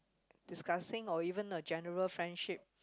discussing or even a general friendship